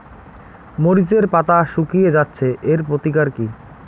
মরিচের পাতা শুকিয়ে যাচ্ছে এর প্রতিকার কি?